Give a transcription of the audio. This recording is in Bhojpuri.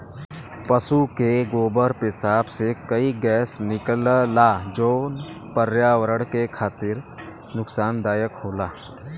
पसु के गोबर पेसाब से कई गैस निकलला जौन पर्यावरण के खातिर नुकसानदायक होला